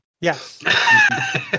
yes